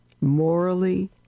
morally